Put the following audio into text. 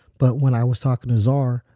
but when i was talking to zar,